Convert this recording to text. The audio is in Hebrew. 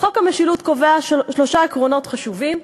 חוק המשילות קובע שלושה עקרונות חשובים: